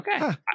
Okay